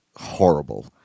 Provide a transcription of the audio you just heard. horrible